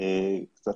קצת